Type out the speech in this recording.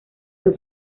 fue